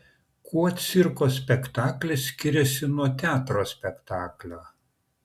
kuo cirko spektaklis skiriasi nuo teatro spektaklio